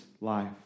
life